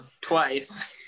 twice